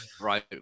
Right